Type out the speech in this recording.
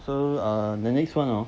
so err the next one hor